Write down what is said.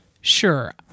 Sure